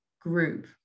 group